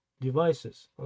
devices